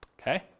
okay